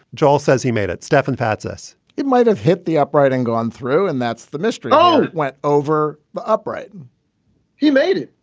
joel says he made it. stefan fatsis it might have hit the upright and gone through. and that's the mystery. oh, it went over upright he made it.